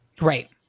right